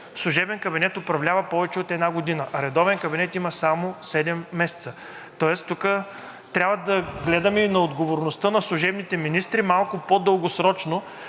служебен кабинет управлява повече от една година, а редовен кабинет има само седем месеца. Тоест тук трябва да гледаме и на отговорността на служебните министри малко по-дългосрочно,